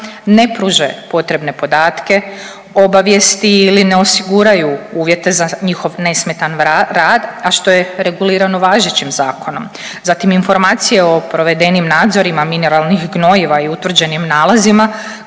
ne pruže potrebne podatke, obavijesti ili ne osiguraju uvjete za njihov nesmetan rad, a što je regulirano važećim zakonom. Zatim informacije o provedenim nadzorima mineralnih gnojiva i utvrđenim nalazima